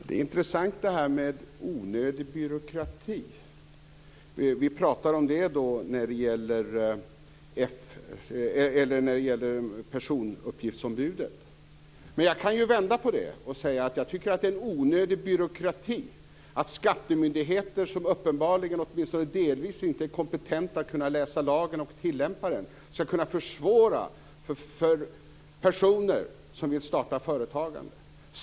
Fru talman! Det är intressant med talet om onödig byråkrati när det gäller personuppgiftsombudet. Jag kan vända på saken och säga att det är onödig byråkrati att skattemyndigheter som åtminstone delvis uppenbarligen inte är kompetenta att läsa lagen och att tillämpa den kan försvåra för personer som vill starta företagande.